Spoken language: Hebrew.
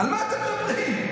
על מה אתם מדברים?